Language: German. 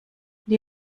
die